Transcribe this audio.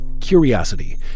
curiosity